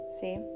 See